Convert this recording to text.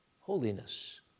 holiness